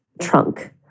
trunk